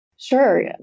Sure